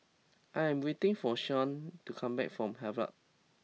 I am waiting for Shawnte to come back from Havelock